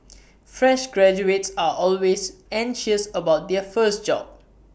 fresh graduates are always anxious about their first job